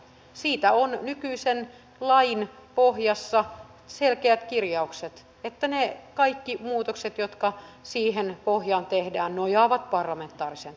siitä on nykyisen lain pohjassa selkeät kirjaukset että ne kaikki muutokset jotka siihen pohjaan tehdään nojaavat parlamentaariseen tukeen